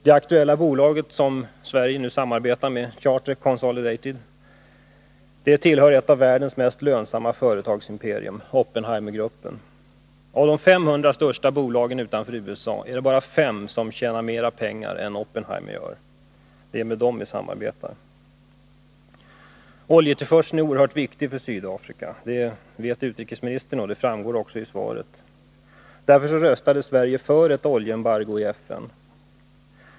Det aktuella bolaget, Charter Consolidated, som Sverige nu samarbetar med, tillhör ett av världens mest lönsamma företagsimperier, Oppenheimergruppen. Av de 500 största bolagen utanför USA är det bara 5 som tjänar mera pengar än Oppenheimerföretagen gör. Det är med dem vi samarbetar. Oljetillförseln är oerhört viktig för Sydafrika. Det vet utrikesministern, vilket också framgår av svaret. Därför röstade Sverige i FN för ett oljeembargo.